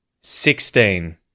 sixteen